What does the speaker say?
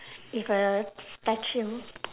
if a statue